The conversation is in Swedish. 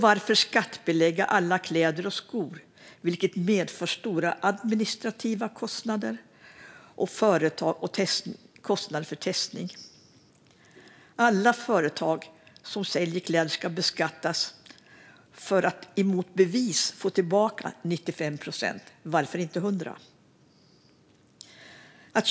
Varför skattebelägga alla kläder och skor, vilket medför stora administrativa kostnader och kostnader för testning? Alla företag som säljer kläder ska beskattas för att mot bevis få tillbaka 95 procent. Varför inte 100 procent?